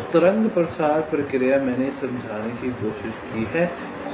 तो तरंग प्रसार प्रक्रिया मैंने समझाने की कोशिश की है